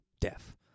deaf